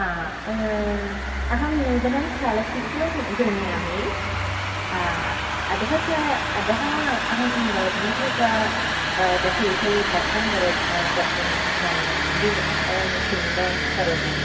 हा अहं नूतनं चलच्चित्रं गृह्णामि अतः कः अतः अहं भवद्भिः सह तस्य विषये चर्चां करोमि कर्तुम् इच्छामि यदि वयं चिन्तां करोति